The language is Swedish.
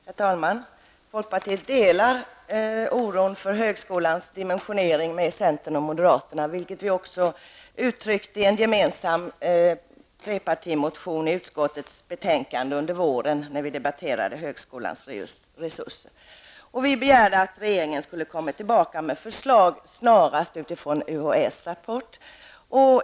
Herr talman! Folkpartiet delar oron för högskolans dimensionering med centern och moderaterna, vilket vi också uttryckte i en gemensam trepartireservation till utskottets betänkande under våren när vi debatterade högskolans resurser. Vi begärde att regeringen snarast skulle komma tillbaka med förslag utifrån UHÄs rapport.